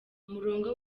umurongo